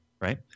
right